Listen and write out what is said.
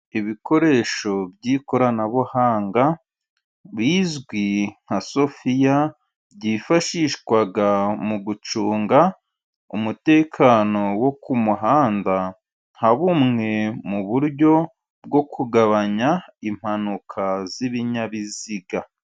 Ibikoresho by'ikoranabuhanga bizwi nka sofiya, byifashishwa mu gucunga umutekano wo ku muhanda, nka bumwe mu buryo bwo kugabanya impanuka z'ibinyabiziga.